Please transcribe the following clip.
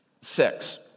six